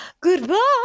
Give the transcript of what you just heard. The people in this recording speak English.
Goodbye